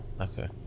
Okay